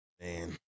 Man